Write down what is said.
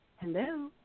Hello